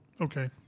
Okay